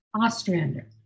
Ostrander